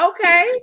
Okay